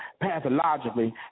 pathologically